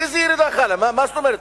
איזה ירידה חלה, מה זאת אומרת?